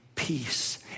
peace